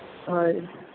ਹਾਂ ਇਹ